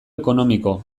ekonomiko